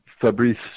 Fabrice